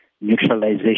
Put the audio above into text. neutralization